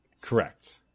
Correct